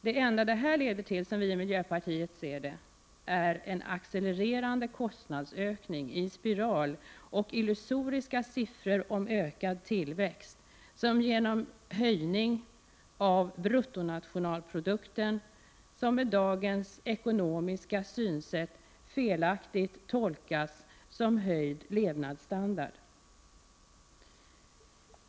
Det enda detta leder till är, som vi i miljöpartiet ser det, en accelererande kostnadsökning — i spiral — och illusoriska siffror om ökad tillväxt, genom höjning av bruttonationalprodukten, som med dagens ekonomiska synsätt felaktigt tolkas som höjd levnadsstandard.